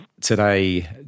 today